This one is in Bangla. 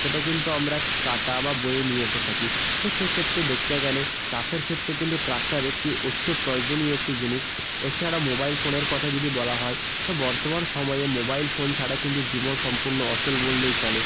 সেটা কিন্তু আমরা কাটা বা বয়ে নিয়ে এসে থাকি তো সে ক্ষেত্রে দেখতে গেলে চাষের ক্ষেত্রে কিন্তু ট্রাক্টার একটি অত্য প্রয়োজনীয় একটি জিনিস এছাড়া মোবাইল ফোনের কথা যদি বলা হয় তো বর্তমান সময়ে মোবাইল ফোন ছাড়া কিন্তু জীবন সম্পূর্ণ অচল বললেই চলে